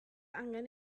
angen